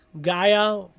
Gaia